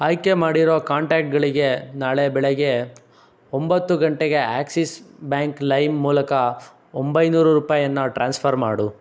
ಆಯ್ಕೆ ಮಾಡಿರೋ ಕಾಂಟ್ಯಾಕ್ಟ್ಗಳಿಗೆ ನಾಳೆ ಬೆಳಿಗ್ಗೆ ಒಂಬತ್ತು ಗಂಟೆಗೆ ಆಕ್ಸಿಸ್ ಬ್ಯಾಂಕ್ ಲೈಮ್ ಮೂಲಕ ಒಂಬೈನೂರು ರೂಪಾಯಿಯನ್ನ ಟ್ರಾನ್ಸ್ಫರ್ ಮಾಡು